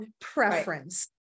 preference